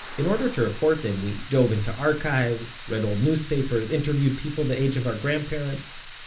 in order to report them we dove into archives, read old newspapers, interviewed people the age of our grandparents.